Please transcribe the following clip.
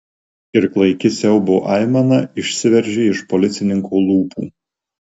ir klaiki siaubo aimana išsiveržė iš policininko lūpų